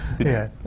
yeah,